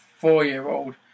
four-year-old